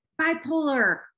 bipolar